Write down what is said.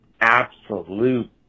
Absolute